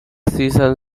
season